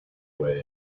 way